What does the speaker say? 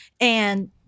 And-